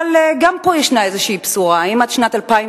אבל גם פה ישנה איזושהי בשורה: אם עד שנת 2001